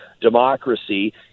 democracy